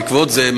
בעקבות זה,